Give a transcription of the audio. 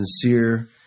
sincere